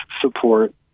support